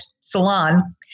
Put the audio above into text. salon